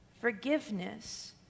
forgiveness